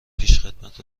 پیشخدمت